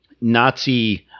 Nazi –